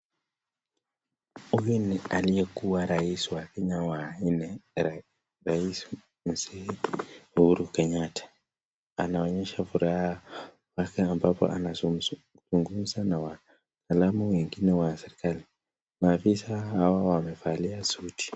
Huyu ni aliyekuwa raisi wa nne Uhuru kenyatta, anaonyesha furaha ambapo anazungumza na wataalamu wengine wa serkali mafisa hawa wamevalia suti.